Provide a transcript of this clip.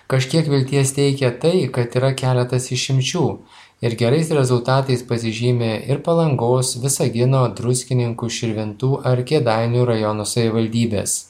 kažkiek vilties teikia tai kad yra keletas išimčių ir gerais rezultatais pasižymi ir palangos visagino druskininkų širvintų ar kėdainių rajono savivaldybės